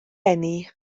eni